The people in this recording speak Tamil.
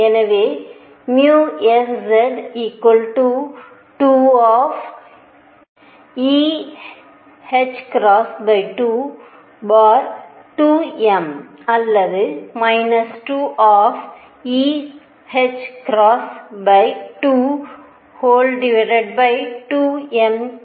எனவே sZ 2 eℏ22m அல்லது 2 eℏ 22me